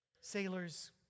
Sailors